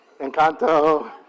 Encanto